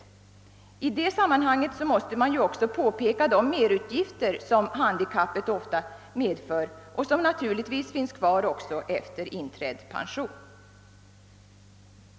Jag vill i sammanhanget också erinra om de merutgifter handikappet medför och som naturligtvis finns kvar även efter pensioneringen.